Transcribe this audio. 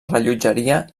rellotgeria